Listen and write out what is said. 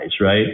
right